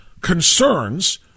concerns